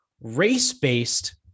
race-based